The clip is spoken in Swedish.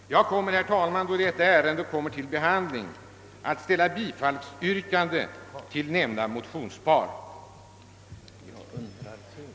Jag kommer, herr talman, när detta ärende fördrages att ställa yrkande om bifall till nämnda motionspar.